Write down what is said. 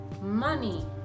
money